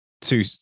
two